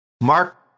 Mark